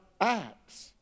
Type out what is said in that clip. acts